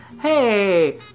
hey